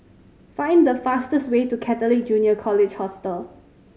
find fastest way to Catholic Junior College Hostel